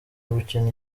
gukina